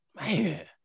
Man